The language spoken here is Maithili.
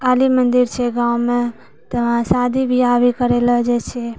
काली मन्दिर छै गाँवमे तऽ शादी ब्याह भी करै लए जाइ छै